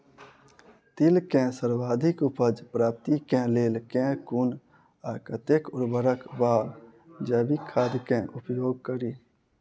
तिल केँ सर्वाधिक उपज प्राप्ति केँ लेल केँ कुन आ कतेक उर्वरक वा जैविक खाद केँ उपयोग करि?